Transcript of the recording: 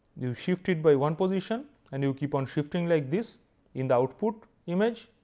you shifted by one position and you keep on shifting like this in the output image.